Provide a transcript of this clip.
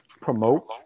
promote